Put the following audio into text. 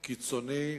קיצוני.